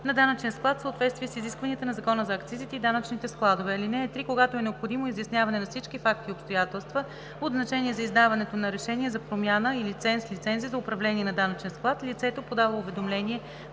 на данъчен склад в съответствие с изискванията на Закона за акцизите и данъчните складове. (3) Когато е необходимо изясняване на всички факти и обстоятелства от значение за издаването на решение за промяна и лиценз/лицензи за управление на данъчен склад, лицето, подало уведомление